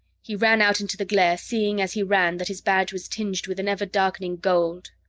he ran out into the glare, seeing as he ran that his badge was tinged with an ever-darkening, gold,